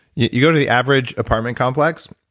you go to the average apartment complex.